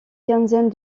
quinzaine